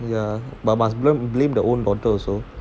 ya but must blame the own bottle also